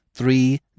Three